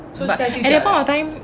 I left a lot at my mum's house I think but